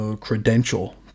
credential